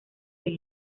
del